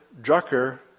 Drucker